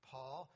Paul